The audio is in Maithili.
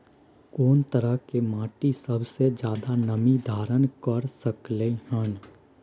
कोन तरह के माटी सबसे ज्यादा नमी धारण कर सकलय हन?